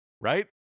Right